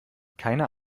keiner